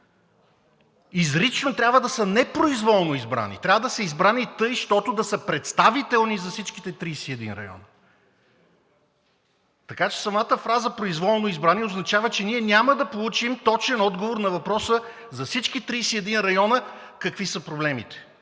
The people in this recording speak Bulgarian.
Изрично трябва да са не произволно избрани, трябва да са избрани, тъй щото да са представителни за всичките 31 района. Така че самата фраза „произволно избрани“ означава, че ние няма да получим точен отговор на въпроса за всичките 31 района: какви са проблемите